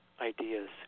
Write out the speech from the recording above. ideas